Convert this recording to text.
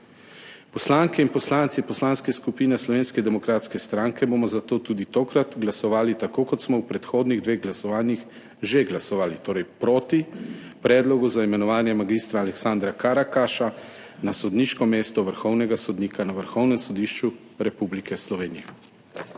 Poslanke in poslanci Poslanske skupine Slovenske demokratske stranke bomo zato tudi tokrat glasovali tako, kot smo v predhodnih dveh glasovanjih že glasovali, torej proti predlogu za imenovanje mag. Aleksandra Karakaša na sodniško mesto vrhovnega sodnika na Vrhovnem sodišču Republike Slovenije.